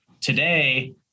today